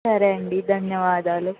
సరే అండి ధన్యవాదాలు